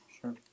Sure